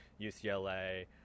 ucla